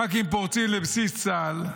ח"כים פורצים לבסיס צה"ל.